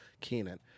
Kenan